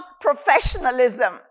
professionalism